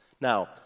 Now